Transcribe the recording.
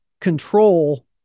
control